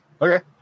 Okay